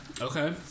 Okay